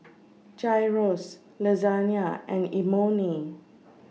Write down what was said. Gyros Lasagne and Imoni